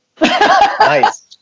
Nice